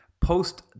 Post